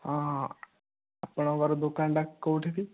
ହଁ ଆପଣଙ୍କର ଦୋକାନଟା କେଉଁଠିକି